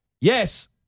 yes